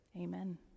Amen